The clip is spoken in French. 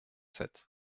sept